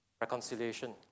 reconciliation